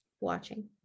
watching